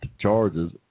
charges